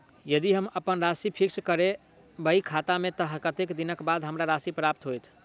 यदि हम अप्पन राशि फिक्स करबै खाता मे तऽ कत्तेक दिनक बाद हमरा राशि प्राप्त होइत?